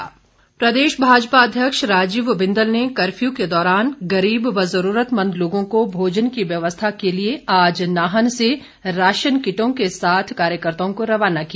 बिंदल प्रदेश भाजपा अध्यक्ष राजीव बिंदल ने कर्फ्यू के दौरान गरीब व जरूरतमंद लोगों को भोजन की व्यवस्था के लिए आज नाइन से राशन किटों के साथ कार्यकर्ताओं को रवाना किया